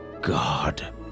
God